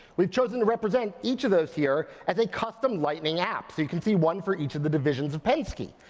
we've chosen to represent each of those here as a custom lightning app, so you can see one for each of the divisions of penske.